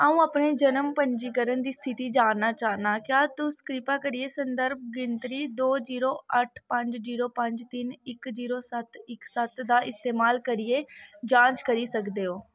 अ'ऊं अपने जनम पंजीकरण दी स्थिति जान'ना चाह्न्नां क्या तुस कृपा करियै संदर्भ गिनतरी दो जीरो अट्ठ पंज जीरो पंज तिन्न इक जीरो सत्त इक सत्त दा इस्तेमाल करियै जांच करी सकदे ओ